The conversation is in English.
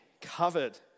covered